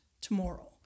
tomorrow